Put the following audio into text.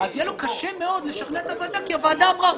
אז יהיה לו קשה מאוד לשכנע את הוועדה כי הוועדה אמרה,